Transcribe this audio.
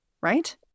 right